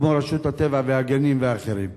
כמו רשות הטבע והגנים ואחרים?